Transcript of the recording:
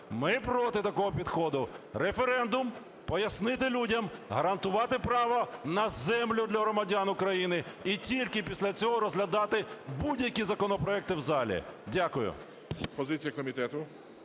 Ми проти такого підходу. Референдум, пояснити людям, гарантувати право на землю для громадян України, і тільки після цього розглядати будь-які законопроекти в залі. Дякую.